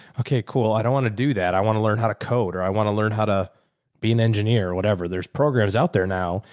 okay, cool. i don't want to do that. i want to learn how to code or i want to learn how to be an engineer or whatever. there's programs out there now.